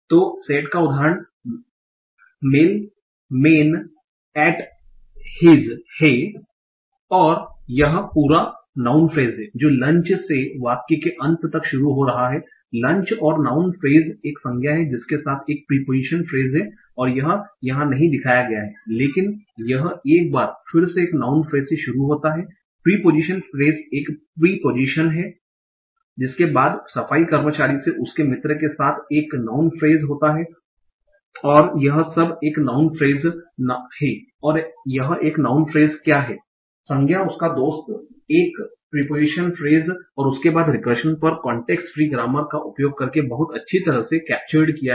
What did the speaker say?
तो सेट का उदाहरण मेलमैन एट हीज है और यह पूरा नाउँन फ्रेस हैं जो लंच से वाक्य के अंत तक शुरू हो रहा है लंच और नाउँन फ्रेस एक संज्ञा है जिसके साथ एक प्रीपोजिशन फ्रेस है और यह यहां नहीं दिखाया गया है लेकिन यह एक बार फिर से एक नाउँन फ्रेस से शुरू होता है प्रीपोजिशन फ्रेस एक प्रीपोजिशन है जिसके बाद सफाई कर्मचारी से उसके मित्र के साथ एक नाउँन फ्रेस होता है और यह सब एक नाउँन फ्रेस है और यह नाउँन फ्रेस क्या है संज्ञा उसका दोस्त एक प्रीपोजिशन फ्रेस और उसके बाद रिकर्शन पर कांटेक्स्ट फ्री ग्रामर का उपयोग करके बहुत अच्छी तरह से केपचर्ड किया हैं